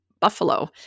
Buffalo